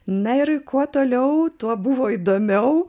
na ir kuo toliau tuo buvo įdomiau